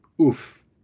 oof